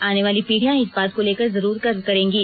आनेवाली पीढ़ियां इस बात को लेकर जरूर गर्व करेंगे